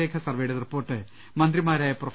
രേഖ സർവെയുടെ റിപ്പോർട്ട് മന്ത്രിമാരായ പ്രൊഫ